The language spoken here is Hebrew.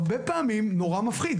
הרבה פעמים נורא מפחיד.